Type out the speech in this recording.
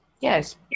Yes